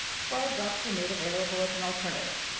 fluoride drops were made available as an alternative.